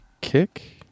kick